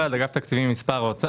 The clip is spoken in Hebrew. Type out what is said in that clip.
התשובה היא שהסכום הוא 169,296,000 שקל,